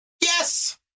Yes